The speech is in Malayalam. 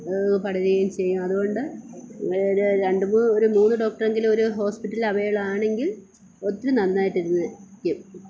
പടരുകയും ചെയ്യും അതുകൊണ്ട് രണ്ട് ഒര് മൂന്ന് ഡോക്ടർ എങ്കിലും ഒരു ഹോസ്പിറ്റൽല് അവൈൽ ആണെങ്കിൽ ഒത്തിരി നന്നായിട്ടിരുന്നെ ക്ക്